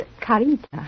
Carita